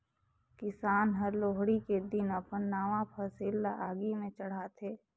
किसान हर लोहड़ी के दिन अपन नावा फसिल ल आगि में चढ़ाथें